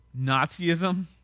Nazism